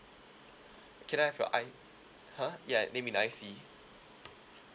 can I have your I !huh! ya name and I_C